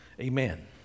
Amen